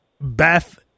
Beth